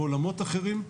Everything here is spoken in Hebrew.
מעולמות אחרים,